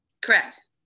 correct